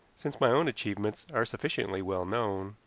since my own achievements are sufficiently well known,